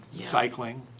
cycling